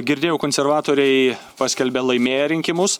girdėjau konservatoriai paskelbė laimėję rinkimus